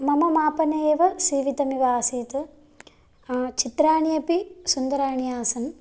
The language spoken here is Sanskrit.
मम मापने इव सीवितम् आसीत् चित्राणि अपि सुन्दराणि आसन्